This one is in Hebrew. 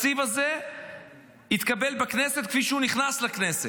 שהתקציב הזה יתקבל בכנסת כפי שהוא נכנס לכנסת.